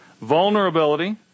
vulnerability